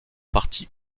partie